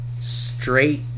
Straight